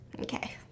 okay